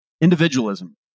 individualism